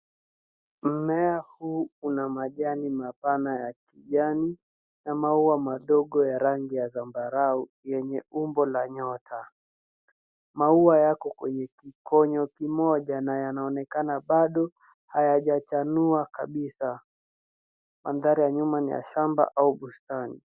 Mmea huu una majani mapana ya kijani, na maua madogo ya rangi ya zambarau yenye umbo la nyota. Maua yako kwenye kikonyo kimoja na yanaonekana bado hayajachanua kabisa. Mandhari ya nyuma ni ya shamba au bustani.